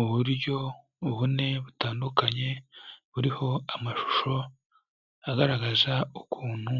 Uburyo bu butandukanye buriho amashusho agaragaza ukuntu